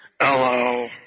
hello